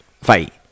fight